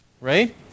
right